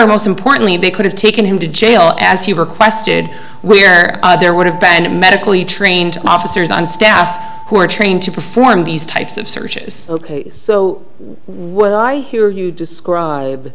y most importantly they could have taken him to jail as he requested we're there would have been medically trained officers on staff who are trained to perform these types of searches so what i hear you describe